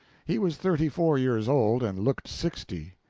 he was thirty-four years old, and looked sixty.